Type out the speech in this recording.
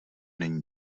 není